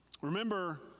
Remember